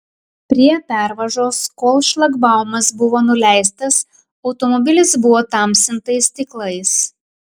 prie pervažos kol šlagbaumas buvo nuleistas automobilis buvo tamsintais stiklais